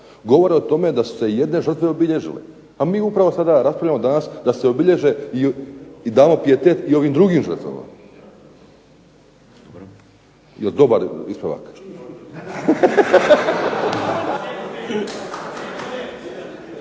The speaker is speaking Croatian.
govore o tome da su se jedne žrtve obilježile. Pa mi upravo sada raspravljamo danas da se obilježe i damo pijetet i ovim drugim žrtvama. Jel dobar ispravak?